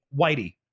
whitey